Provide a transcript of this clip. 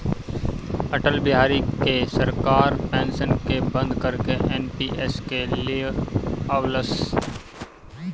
अटल बिहारी के सरकार पेंशन के बंद करके एन.पी.एस के लिअवलस